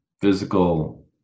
physical